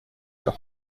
your